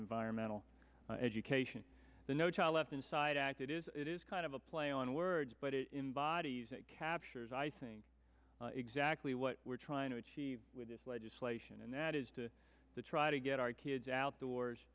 environmental education the no child left inside act it is it is kind of a play on words but in bodies it captures i think exactly what we're trying to achieve with this legislation and that is to try to get our kids outdoors